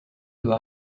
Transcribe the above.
doit